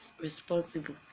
responsible